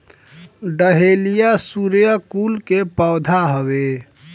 dahlia सूर्यकुल के पौधा हवे